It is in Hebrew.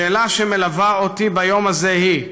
השאלה שמלווה אותי ביום הזה היא: